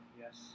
Yes